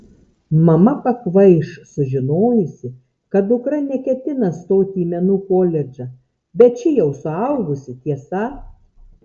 mama pakvaiš sužinojusi kad dukra neketina stoti į menų koledžą bet ši jau suaugusi tiesa